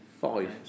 Five